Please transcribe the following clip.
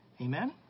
Amen